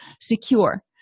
secure